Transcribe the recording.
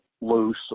loose